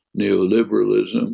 neoliberalism